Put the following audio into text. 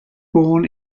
born